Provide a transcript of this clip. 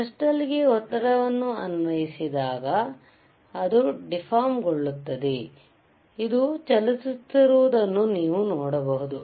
crystal ಗೆ ಒತ್ತಡವನ್ನು ಅನ್ವಯಿಸಿದಾಗ ಅದು ಡಿಫಾರ್ಮ್ಗೊಳ್ಳುತ್ತದೆ ಇದು ಚಲಿಸುತ್ತಿರುವುದನ್ನು ನೀವು ನೋಡಬಹುದು